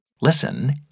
Listen